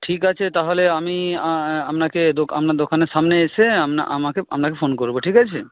ঠিক আছি তাহলে আমি আপনাকে আপনার দোকানের সামনে এসে আমাকে আপনাকে ফোন করবো ঠিক আছে